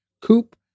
coupe